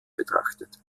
betrachtet